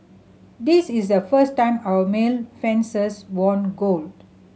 this is the first time our male fencers won gold